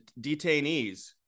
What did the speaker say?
Detainees